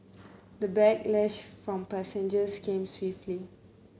the backlash from passengers came swiftly